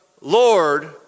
Lord